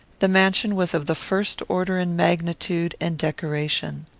the mansion was of the first order in magnitude and decoration.